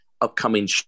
upcoming